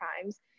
crimes